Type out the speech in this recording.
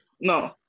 no